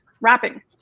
wrapping